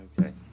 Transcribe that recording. Okay